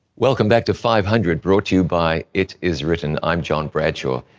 welcome back to five hundred, brought to you by it is written. i'm john bradshaw.